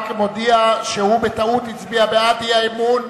מודיע שבטעות הוא הצביע בעד האי-אמון.